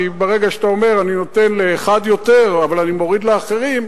כי ברגע שאתה אומר: אני נותן לאחד יותר אבל אני מוריד לאחרים,